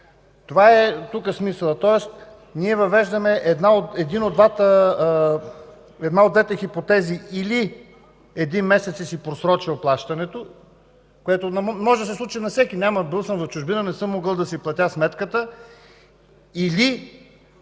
това е смисълът, тоест ние въвеждаме една от двете хипотези: или един месец си просрочил плащането си – което може да се случи на всеки, примерно бил съм в чужбина и не съм могъл да си изплатя сметката,